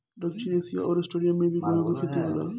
दक्षिण एशिया अउर आस्ट्रेलिया में भी गेंहू के खेती होला